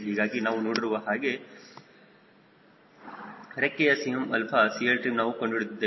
ಹೀಗಾಗಿ ನಾವು ನೋಡಿರುವ ಹಾಗೆ ನಮಗೆ Cm0 ರೆಕ್ಕೆಯ 𝐶mα 𝐶Ltrim ನಾವು ಕಂಡುಹಿಡಿದಿದ್ದೇವೆ